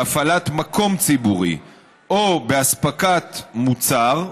בהפעלת מקום ציבורי או בהספקת מוצר,